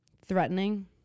Threatening